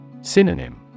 Synonym